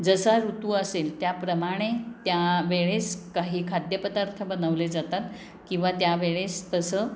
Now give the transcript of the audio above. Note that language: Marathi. जसा ऋतू असेल त्याप्रमाणे त्या वेळेस काही खाद्यपदार्थ बनवले जातात किंवा त्या वेळेस तसं